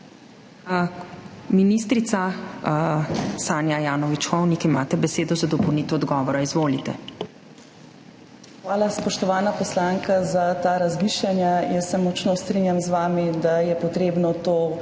Ministrica Sanja Ajanović Hovnik, imate besedo za dopolnitev odgovora. Izvolite.